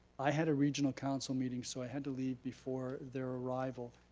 i had a regional counsel meeting, so i had to leave before their arrival,